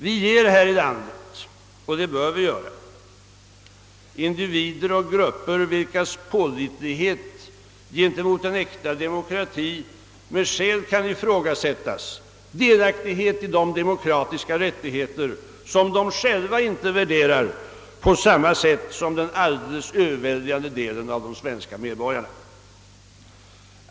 Vi ger här i landet, och vi bör ge, individer och grupper vilkas pålitlighet gentemot en äkta demokrati med skäl kan ifrågasättas, delaktighet i de demokratiska rättigheter som de själva inte värderar på samma sätt som den alldeles överväldigande delen av de svenska medborgarna.